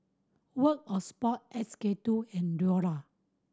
World of Sport S K Two and Iora